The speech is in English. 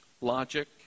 logic